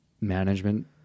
management